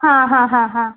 हां हां हां हां